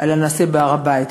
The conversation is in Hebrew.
על הנעשה בהר-הבית.